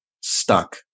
stuck